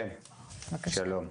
שלום,